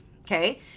okay